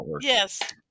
yes